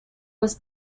was